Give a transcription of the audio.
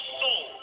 soul